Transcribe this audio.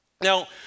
Now